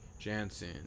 jansen